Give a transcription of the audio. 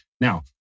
Now